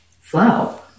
flow